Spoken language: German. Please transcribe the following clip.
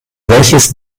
welches